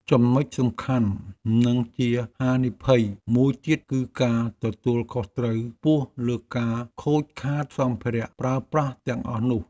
ចំណុចសំខាន់និងជាហានិភ័យមួយទៀតគឺការទទួលខុសត្រូវខ្ពស់លើការខូចខាតសម្ភារៈប្រើប្រាស់ទាំងអស់នោះ។